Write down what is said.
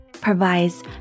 provides